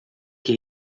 que